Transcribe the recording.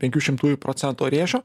penkių šimtųjų procento rėžio